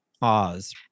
pause